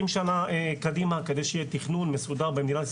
שנה קדימה כדי שיהיה תכנון מסודר במדינת ישראל.